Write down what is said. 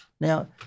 Now